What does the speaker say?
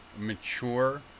mature